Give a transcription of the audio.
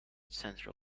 central